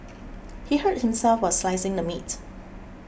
he hurt himself while slicing the meat